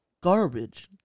Garbage